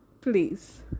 please